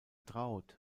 traut